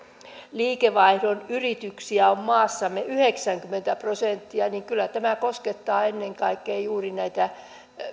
liikevaihdon yrityksiä on maassamme yhdeksänkymmentä prosenttia niin kyllä tämä koskettaa ennen kaikkea juuri näitä